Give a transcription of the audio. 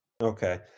Okay